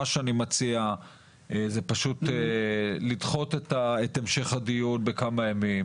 מה שאני מציע זה פשוט לדחות את המשך הדיון בכמה ימים,